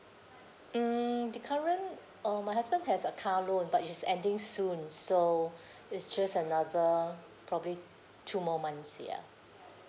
hmm the current uh my husband has a car loan but it's ending soon so it's just another probably two more months ya